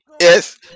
Yes